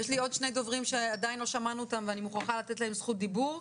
יש לנו עוד שני דוברים בזום שלא שמענו ואני מוכרחה לתת להם זכות דיבור: